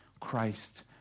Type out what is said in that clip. Christ